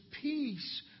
peace